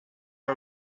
are